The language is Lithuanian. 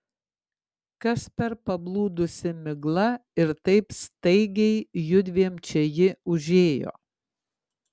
kas per pablūdusi migla ir taip staigiai judviem čia ji užėjo